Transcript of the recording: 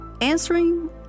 answering